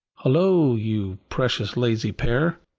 hullo, you precious lazy pair!